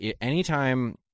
anytime